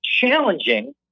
challenging